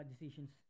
decisions